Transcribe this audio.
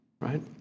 right